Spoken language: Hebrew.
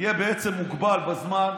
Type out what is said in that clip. יהיה מוגבל בזמן,